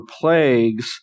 plagues